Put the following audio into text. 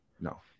No